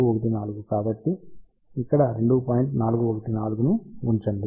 414 ని ఉంచండి